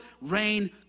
rain